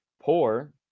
poor